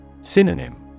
Synonym